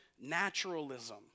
naturalism